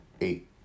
Eight